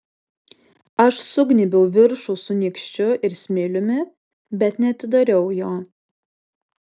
aš sugnybiau viršų su nykščiu ir smiliumi bet neatidariau jo